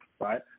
Right